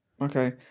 Okay